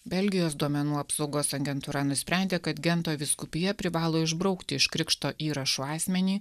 belgijos duomenų apsaugos agentūra nusprendė kad gento vyskupija privalo išbraukti iš krikšto įrašo asmenį